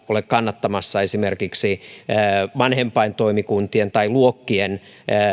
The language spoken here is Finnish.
ole kannattamassa kategorista kieltoa esimerkiksi vanhempaintoimikuntien tai luokkien